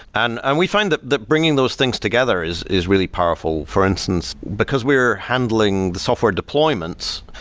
and and we find that that bringing those things together is is really powerful for instance, because we are handling the software deployments,